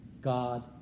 God